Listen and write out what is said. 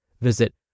Visit